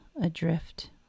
adrift